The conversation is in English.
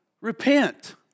Repent